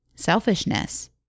Selfishness